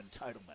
entitlement